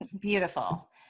Beautiful